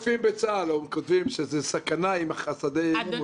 בצה"ל כותבים שזאת סכנה אם השדה יפונה.